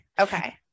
okay